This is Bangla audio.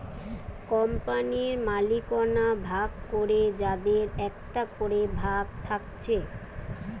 কোম্পানির মালিকানা ভাগ করে যাদের একটা করে ভাগ থাকছে